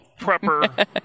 prepper